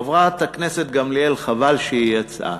חברת הכנסת גמליאל, חבל שהיא יצאה,